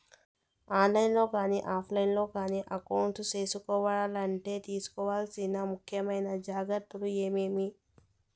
On line లో కానీ offline లో కానీ అకౌంట్ సేసుకోవాలంటే తీసుకోవాల్సిన ముఖ్యమైన జాగ్రత్తలు ఏమేమి?